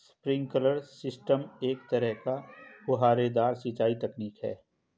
sprinkler system एक तरह का फुहारेदार सिंचाई तकनीक है